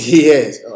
Yes